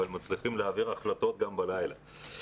אבל מצליחים להעביר החלטות גם בלילה.